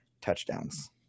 touchdowns